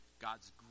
god's